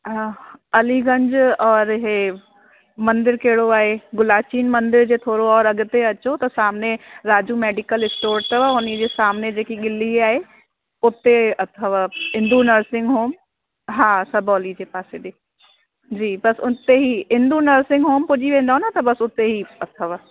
हा अलीगंज और इहे मंदरु कहिड़ो आहे गुलाचीन मंदर जे थोरो और अॻिते अचो त सामने राजू मेडीकल स्टोर अथव उन जी सामने जेकी गिली आहे उते अथव इंदु नर्सिंग होम हा सबौली जे पासे ॾिए जी बसि उते ही इंदु नर्सिंग होम पुॼी वेंदो न त बसि उते ई अथव